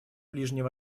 ближнем